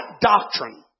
doctrine